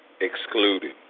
excluded